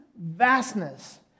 vastness